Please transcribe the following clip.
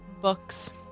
books